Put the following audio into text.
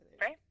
right